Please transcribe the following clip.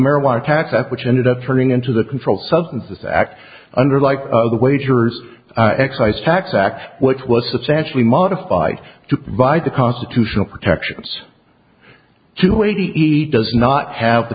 marijuana tax act which ended up turning into the controlled substances act under like the wagers excise tax act which was substantially modified to provide the constitutional protections to a t eat does not have the